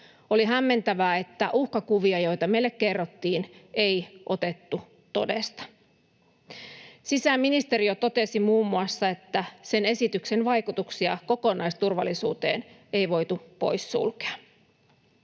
Oli hämmentävää, että uhkakuvia, joita meille kerrottiin, ei otettu todesta. Sisäministeriö totesi muun muassa, että sen esityksen vaikutuksia kokonaisturvallisuuteen ei voitu poissulkea.